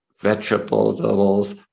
vegetables